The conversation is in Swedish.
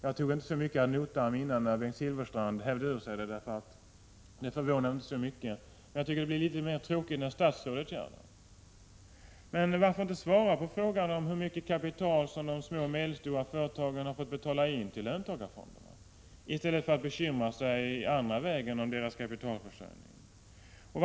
Jag tog det inte direkt ad notam när Bengt Silfverstrand hävde det ur sig. Det förvånade mig inte så mycket. Men jag tycker att det blir tråkigare när statsrådet gör det. Varför inte svara på frågan om hur mycket pengar de små och medelstora företagarna har fått betala till löntagarfonderna i stället för att i andra lägen bekymra sig om deras kapitalförsörjning?